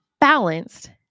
balanced